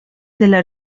della